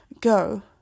Go